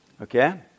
Okay